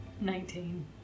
Nineteen